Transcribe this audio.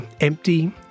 empty